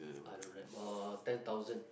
I don't re~ uh ten thousand